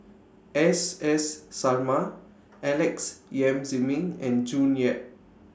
S S Sarma Alex Yam Ziming and June Yap